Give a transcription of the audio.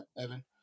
evan